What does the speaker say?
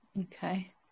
Okay